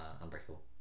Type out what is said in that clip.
Unbreakable